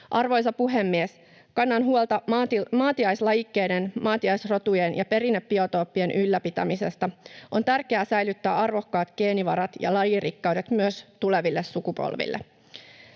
Arvoisa puhemies! Kannan huolta maatiaislajikkeiden, maatiaisrotujen ja perinnebiotooppien ylläpitämisestä. On tärkeää säilyttää arvokkaat geenivarat ja lajirikkaudet myös tuleville sukupolville.